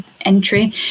entry